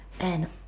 and